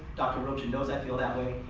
dr. rocha knows i feel that way.